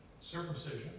circumcision